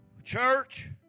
church